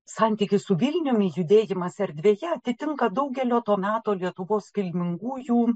santykis su vilniumi judėjimas erdvėje atitinka daugelio to meto lietuvos kilmingųjų